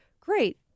great